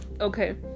Okay